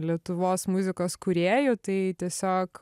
lietuvos muzikos kūrėjų tai tiesiog